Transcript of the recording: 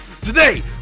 today